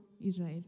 Israel